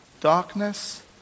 darkness